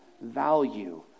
value